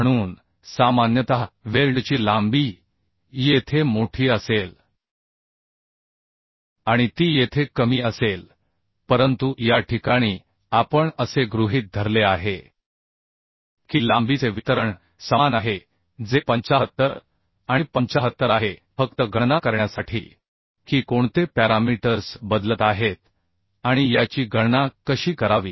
म्हणून सामान्यतः वेल्डची लांबी येथे मोठी असेल आणि ती येथे कमी असेल परंतु या ठिकाणी आपण असे गृहीत धरले आहे की लांबीचे वितरण समान आहे जे 75 आणि 75 आहे फक्त गणना करण्यासाठी की कोणते पॅरामीटर्स बदलत आहेत आणि याची गणना कशी करावी